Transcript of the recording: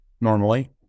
Normally